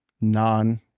non